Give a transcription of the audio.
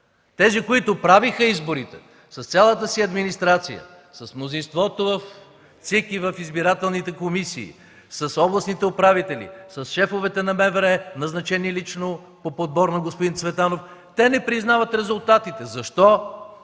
Тези, които правеха изборите с цялата си администрация, с мнозинството във всички избирателни комисии, с областните управители, с шефовете на МВР, назначени лично по подбор на господин Цветанов – те не признават резултатите. Защо?!